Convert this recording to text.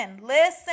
listen